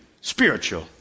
spiritual